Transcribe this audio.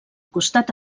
costat